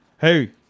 Hey